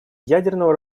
ядерного